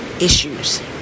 issues